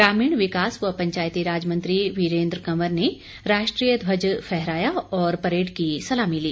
ग्रामीण विकास व पंचायतीराज मंत्री वीरेन्द्र कंवर ने राष्ट्रीय ध्वज फहराया और परेड की सलामी ली